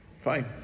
fine